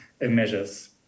measures